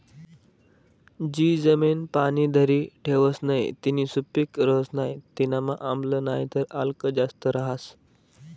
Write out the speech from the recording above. जी जमीन पाणी धरी ठेवस नही तीनी सुपीक रहस नाही तीनामा आम्ल नाहीतर आल्क जास्त रहास